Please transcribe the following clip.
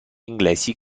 inglesi